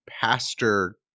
pastor